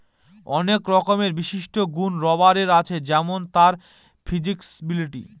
অনেক রকমের বিশিষ্ট গুন রাবারের আছে যেমন তার ফ্লেক্সিবিলিটি